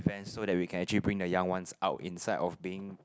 so that we can actually bring the young ones out inside of being